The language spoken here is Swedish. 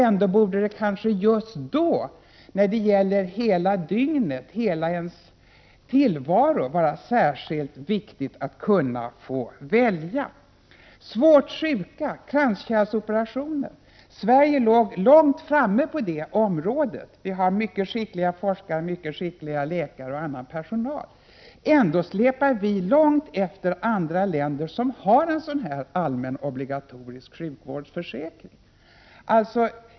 Ändå borde det kanske just vid vård hela dygnet, under hela ens tillvaro, vara särskilt viktigt att kunna få välja. Svåra sjukdomar, kranskärlsoperationer, var områden där Sverige låg långt framme. Vi har mycket skickliga forskare, mycket skickliga läkare och annan personal. Ändå släpar vi långt efter andra länder, som har en allmän obligatorisk sjukvårdsförsäkring.